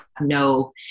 no